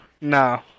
No